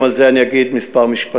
גם על זה אני אגיד מספר משפטים.